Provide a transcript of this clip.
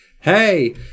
hey